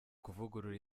kuvugurura